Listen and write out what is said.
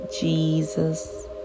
Jesus